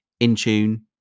Intune